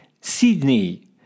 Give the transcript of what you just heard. Sydney